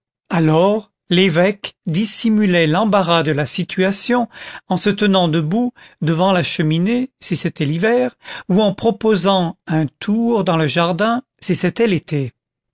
alors l'évêque dissimulait l'embarras de la situation en se tenant debout devant la cheminée si c'était l'hiver ou en proposant un tour dans le jardin si c'était l'été